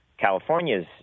California's